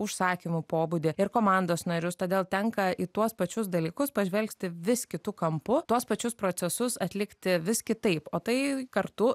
užsakymų pobūdį ir komandos narius todėl tenka į tuos pačius dalykus pažvelgti vis kitu kampu tuos pačius procesus atlikti vis kitaip o tai kartu